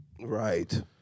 Right